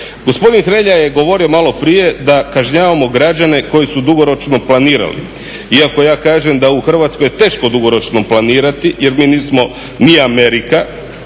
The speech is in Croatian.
Gospodin Hrelja je govorio maloprije da kažnjavamo građane koji su dugoročno planirali, iako ja kažem da u Hrvatskoj je teško dugoročno planirati jer mi nismo ni Amerika,